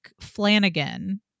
Flanagan